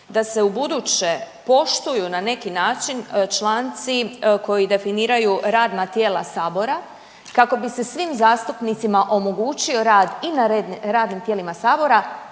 da se u buduće poštuju na neki način članci koji definiraju radna tijela Sabora kako bi se svim zastupnicima omogućio rad i na radnim tijelima Sabora